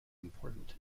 important